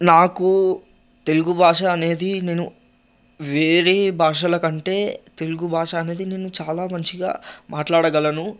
నాకు తెలుగుభాష అనేది నేను వేరే భాషల కంటే తెలుగుభాష అనేది నేను చాలా మంచిగా మాట్లాడగలను